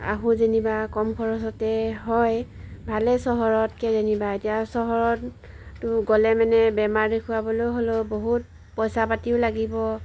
আহো যেনিবা কম খৰচতে হয় ভালেই চহৰতকৈ যেনিবা এতিয়া চহৰত গ'লে মানে বেমাৰ দেখুৱাবলৈ হ'লেও বহুত পইচা পাতিও লাগিব